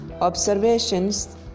observations